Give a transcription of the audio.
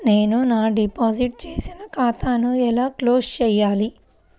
నేను నా డిపాజిట్ చేసిన ఖాతాను ఎలా క్లోజ్ చేయాలి?